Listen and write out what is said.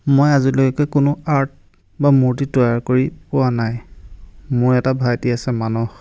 মই আজিলৈকে কোনো আৰ্ট বা মূৰ্তি তৈয়াৰ কৰি পোৱা নাই মোৰ এটা ভাইটি আছে মানস